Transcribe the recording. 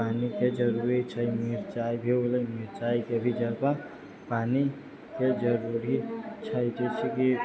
पानि के जरूरी छै मिरचाइ भी हो गेलै मिरचाइ के भी जड़ पे पानि के जरूरी छै जइसे की